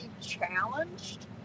challenged